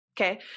Okay